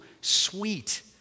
sweet